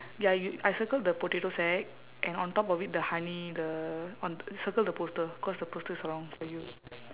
ya you I circle the potato sack and on top of it the honey the on circle the poster cause the poster is wrong for you